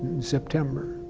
september.